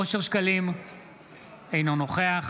אינו נוכח